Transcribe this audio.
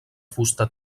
fusta